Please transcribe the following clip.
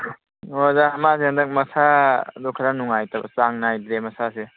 ꯑꯣ ꯑꯣꯖꯥ ꯃꯥꯁꯦ ꯍꯟꯗꯛ ꯃꯁꯥꯗꯨ ꯈꯔ ꯅꯨꯡꯉꯥꯏꯇꯕ ꯆꯥꯡ ꯅꯥꯏꯗ꯭ꯔꯦ ꯃꯁꯥꯁꯦ